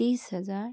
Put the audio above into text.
तिस हजार